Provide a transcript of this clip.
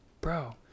Bro